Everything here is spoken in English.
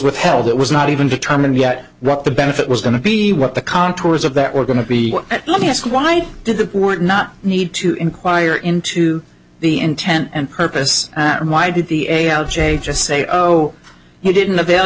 withheld that was not even determined yet what the benefit was going to be what the contours of that were going to be and let me ask why did the work not need to enquire into the intent and purpose and why did the a l j just say oh you didn't avail